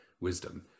wisdom